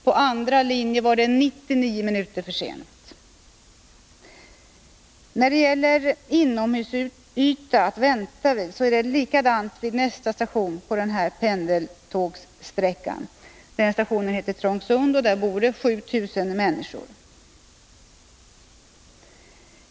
På den andra linjen var tåget 99 minuter försenat. När det gäller inomhusyta att vänta vid är det likadant vid nästa station på den här pendeltågssträckan. Den stationen heter Trångsund, och där bor det 7 000 människor.